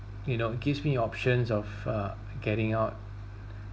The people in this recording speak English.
you know gives me options of uh getting out